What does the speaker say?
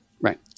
Right